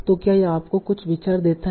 तो क्या यह आपको कुछ विचार देता है